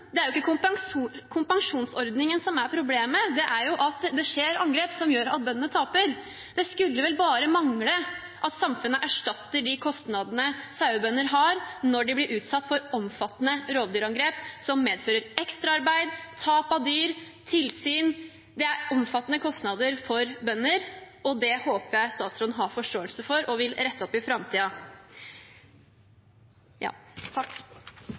Det er jo ikke kompensasjonsordningen som er problemet, det er at det skjer angrep, som gjør at bøndene taper. Det skulle bare mangle at samfunnet ikke erstattet de kostnadene sauebønder har når de blir utsatt for omfattende rovdyrangrep som medfører ekstraarbeid, tap av dyr, tilsyn – det er omfattende kostnader for bønder, og det håper jeg statsråden har forståelse for og vil rette opp i